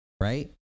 right